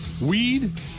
weed